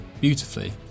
beautifully